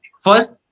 first